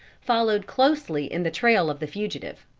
followed closely in the trail of the fugitive.